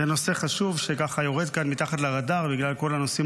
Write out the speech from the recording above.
זה נושא חשוב שיורד כאן מתחת לרדאר בגלל כל הנושאים